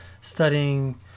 studying